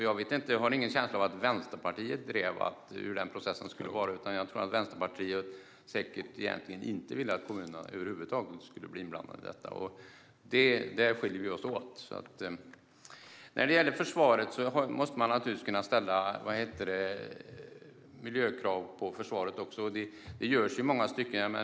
Jag har ingen känsla av att Vänsterpartiet drev hur den processen skulle vara, utan jag tror att Vänsterpartiet egentligen inte ville att kommunerna över huvud taget skulle bli inblandade i detta. Där skiljer vi oss åt. Man måste naturligtvis kunna ställa miljökrav även på försvaret. Det görs också i många stycken.